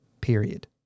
period